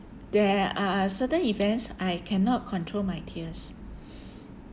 there are certain events I cannot control my tears